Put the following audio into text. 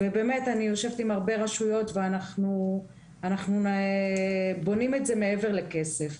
אני יושבת עם הרבה רשויות ואנחנו בונים את זה מעבר לכסף,